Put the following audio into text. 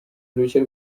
uruhushya